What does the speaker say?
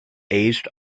aged